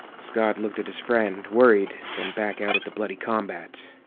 scott looked at his friend, worried, then back out at the bloody combat.